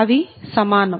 అవి సమానం